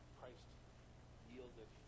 Christ-yielded